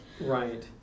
Right